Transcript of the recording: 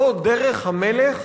זו דרך המלך